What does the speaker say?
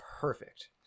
perfect